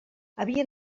havia